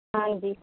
ਹਾਂਜੀ